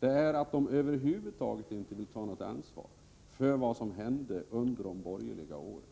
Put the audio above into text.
är att de över huvud taget inte vill ta något ansvar för vad som hände under de borgerliga åren.